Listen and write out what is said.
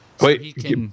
Wait